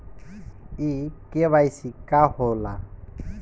इ के.वाइ.सी का हो ला?